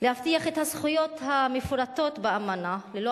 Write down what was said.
להבטיח את הזכויות המפורטות באמנה ללא